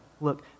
look